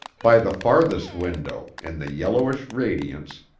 by the farthest window, in the yellowish radiance,